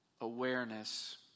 awareness